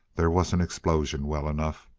there was an explosion, well enough.